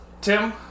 Tim